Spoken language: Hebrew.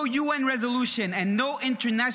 no UN resolution and no international